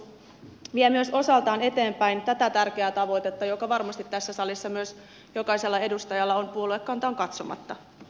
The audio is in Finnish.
kyllä minä koen että tämä lakiehdotus vie myös osaltaan eteenpäin tätä tärkeää tavoitetta joka varmasti tässä salissa myös jokaisella edustajalla on puoluekantaan katsomatta